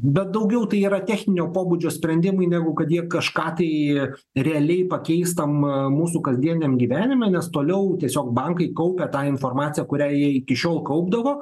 bet daugiau tai yra techninio pobūdžio sprendimai negu kad jie kažką tai realiai pakeis tam mūsų kasdieniniam gyvenime nes toliau tiesiog bankai kaupia tą informaciją kurią jie iki šiol kaupdavo